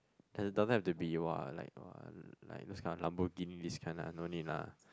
and it doesn't have to be !wah! like !wah! like those kind of Lamborghini this kind lah no need lah